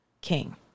king